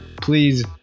Please